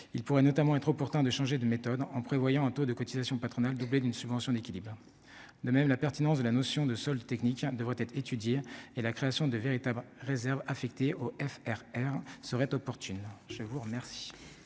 il pourrait notamment être pourtant de changer de méthode, en prévoyant un taux de cotisations patronales, doublée d'une subvention d'équilibre, de même la pertinence de la notion de technique devrait être étudiée et la création de véritables réserves affecté au F. R. R serait opportune, je vous remercie.